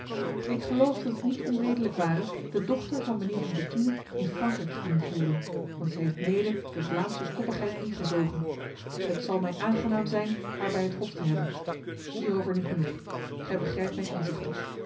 ik geloof dat het niet onredelijk ware de dochter van mijnheer van bethune in frankrijk te doen voeren want zij heeft mede de vlaamse koppigheid ingezogen het zal mij aangenaam zijn haar bij het hof te hebben hierover nu genoeg gij begrijpt mijn inzichten